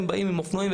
הם באים עם אופנועים,